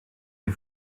les